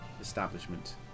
establishment